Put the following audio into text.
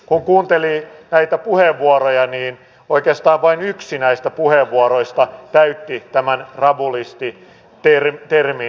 kun kesä tulee välimeri lämpiää niin voitosta vain yksi näistä puheenvuoroista täytti sieltä tulee toinen aalto